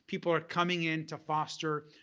people are coming into foster.